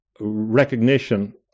recognition